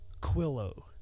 Quillo